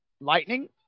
Lightning